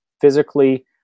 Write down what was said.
physically